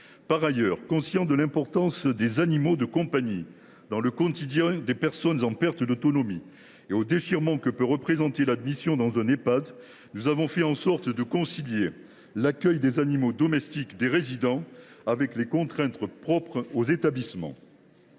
Par ailleurs, conscients de l’importance des animaux de compagnie dans le quotidien des personnes en perte d’autonomie, et au déchirement que peut représenter l’admission dans un Ehpad, nous avons fait en sorte de concilier l’accueil des animaux domestiques des résidents avec les contraintes propres aux établissements.